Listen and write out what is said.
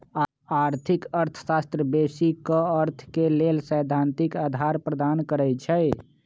आर्थिक अर्थशास्त्र बेशी क अर्थ के लेल सैद्धांतिक अधार प्रदान करई छै